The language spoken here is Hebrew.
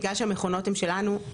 בגלל שהמכונות הם שלנו,